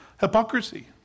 hypocrisy